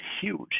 huge